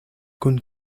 kun